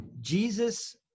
Jesus